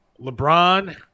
LeBron